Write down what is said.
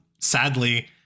Sadly